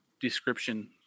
description